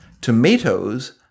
tomatoes